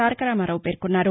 తారక రామారావు పేర్కోన్నారు